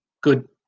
good